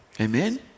Amen